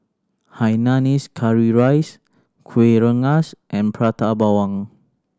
hainanese curry rice Kueh Rengas and Prata Bawang